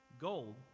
Gold